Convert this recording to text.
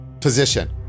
position